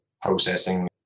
processing